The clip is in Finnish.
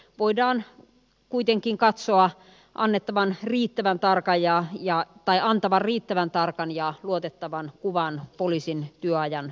voidaan kuitenkin katsoo annettavan riittävän tarkka ja ja ajaa antava riittävän tarkan ja luotettavan kuvan poliisin työajan